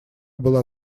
была